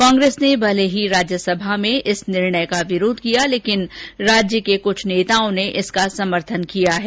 कांग्रेस ने भले ही राज्य सभा में इस निर्णय का विरोध किया लेकिन राज्य के कुछ नेताओं ने इसका समर्थन किया है